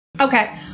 okay